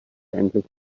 endlich